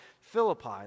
Philippi